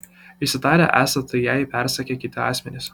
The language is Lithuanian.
išsitarė esą tai jai persakę kiti asmenys